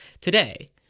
today